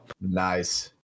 Nice